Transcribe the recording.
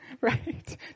right